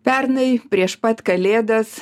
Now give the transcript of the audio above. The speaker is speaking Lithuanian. pernai prieš pat kalėdas